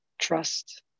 trust